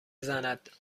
زند